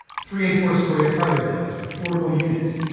three and four-story apartment buildings with affordable units,